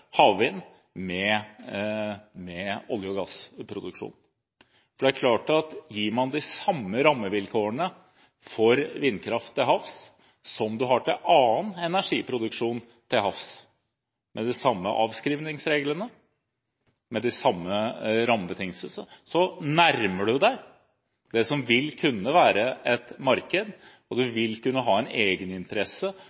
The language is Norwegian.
med olje- og gassproduksjon. Det er klart at gir en de samme rammevilkårene for vindkraft til havs som en har for annen energiproduksjon til havs – med de samme avskrivningsreglene, med de samme rammebetingelsene – nærmer en seg det som vil kunne være et marked, og